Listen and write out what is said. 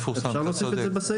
אפשר להוסיף את זה בסעיף?